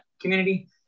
community